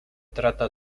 trata